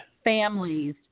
families